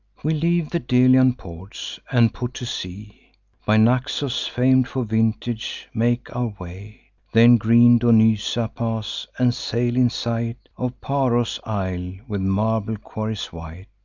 we leave the delian ports, and put to sea by naxos, fam'd for vintage, make our way then green donysa pass and sail in sight of paros' isle, with marble quarries white.